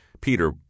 Peter